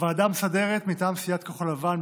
בוועדה המסדרת: מטעם סיעת כחול לבן,